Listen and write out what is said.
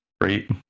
right